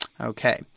Okay